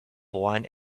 wine